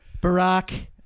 Barack